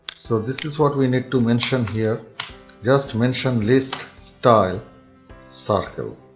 so this is what we need to mention here just mention list-style circle.